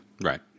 Right